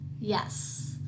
Yes